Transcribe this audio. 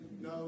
No